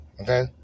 Okay